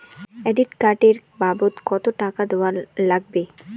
Credit card এর বাবদ কতো টাকা দেওয়া লাগবে?